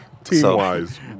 Team-wise